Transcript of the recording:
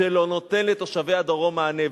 שלא נותן לתושבי הדרום מענה,